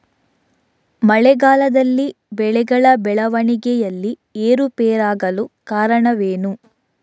ಮಳೆಗಾಲದಲ್ಲಿ ಬೆಳೆಗಳ ಬೆಳವಣಿಗೆಯಲ್ಲಿ ಏರುಪೇರಾಗಲು ಕಾರಣವೇನು?